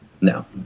No